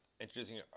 introducing